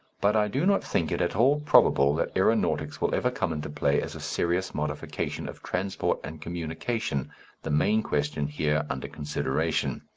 but i do not think it at all probable that aeronautics will ever come into play as a serious modification of transport and communication the main question here under consideration.